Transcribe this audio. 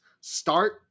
start